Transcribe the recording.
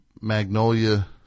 Magnolia